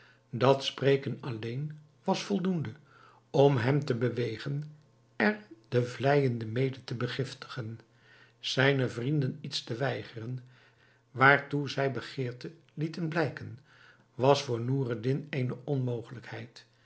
dat spreken alleen was voldoende om hem te bewegen er den vleijer mede te begiftigen zijne vrienden iets te weigeren waartoe zij begeerte lieten blijken was voor noureddin eene onmogelijkheid